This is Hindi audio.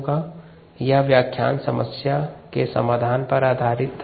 यह व्याख्यान समस्या के समाधान पर आधारित था